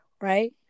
Right